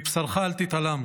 חזור ובקש: מבשרך אל תתעלם.